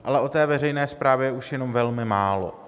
Ale o té veřejné správě už jenom velmi málo.